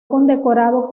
condecorado